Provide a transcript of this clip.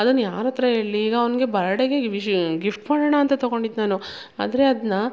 ಅದನ್ನು ಯಾರ ಹತ್ರ ಹೇಳ್ಲಿ ಈಗ ಅವನಿಗೆ ಬರ್ಡೆಗೆ ವಿಶ್ ಗಿಫ್ಟ್ ಮಾಡೋಣಾಂತ ತಗೊಂಡಿದ್ದೆ ನಾನು ಆದರೆ ಅದನ್ನ